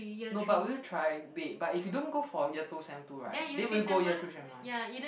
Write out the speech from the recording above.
no but will you try babe but if you don't go for year two sem two right then will you go year two sem one